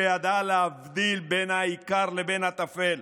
שידעה להבדיל בין העיקר לבין הטפל,